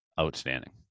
outstanding